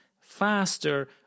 faster